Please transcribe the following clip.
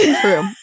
True